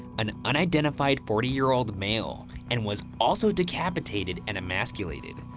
an unidentified forty year old male, and was also decapitated and emasculated.